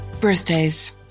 Birthdays